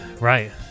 Right